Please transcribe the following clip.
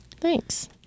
thanks